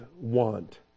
want